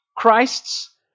Christ's